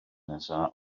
nesaf